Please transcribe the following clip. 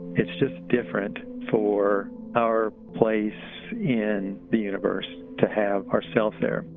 it's just different for our place in the universe to have ourselves there.